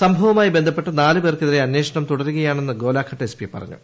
സംഭവവുമായി ബന്ധപ്പെട്ട് നാല് പേർക്കെതിരെ അന്വേഷണം തുടരുകയാണെന്ന് ഗോലാഘട്ട് എസ് പി പറഞ്ഞു